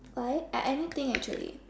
what I I anything actually